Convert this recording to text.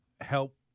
help